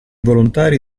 volontari